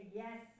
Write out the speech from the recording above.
yes